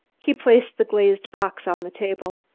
he placed the glazed box on the table.